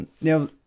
Now